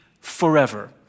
forever